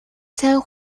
сайхан